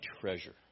treasure